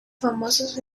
famosos